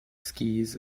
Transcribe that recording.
skis